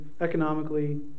economically